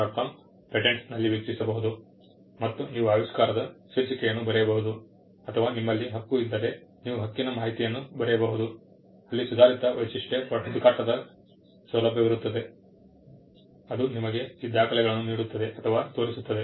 compatents ನಲ್ಲಿ ವೀಕ್ಷಿಸಬಹುದು ಮತ್ತು ನೀವು ಆವಿಷ್ಕಾರದ ಶೀರ್ಷಿಕೆಯನ್ನು ಬರೆಯಬಹುದು ಅಥವಾ ನಿಮ್ಮಲ್ಲಿ ಹಕ್ಕು ಇದ್ದರೆ ನೀವು ಹಕ್ಕಿನ ಮಾಹಿತಿಯನ್ನು ಬರೆಯಬಹುದು ಅಲ್ಲಿ ಸುಧಾರಿತ ವೈಶಿಷ್ಟ್ಯ ಹುಡುಕಾಟದ ಸೌಲಭ್ಯವಿರುತ್ತದೆ ಅದು ನಿಮಗೆ ಈ ದಾಖಲೆಗಳನ್ನು ನೀಡುತ್ತದೆ ಅಥವಾ ತೋರಿಸುತ್ತದೆ